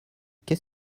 qu’est